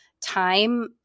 time